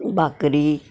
बाकरी